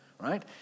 right